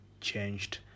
changed